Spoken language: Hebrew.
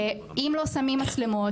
אם לא שמים מצלמות,